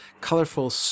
colorful